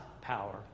power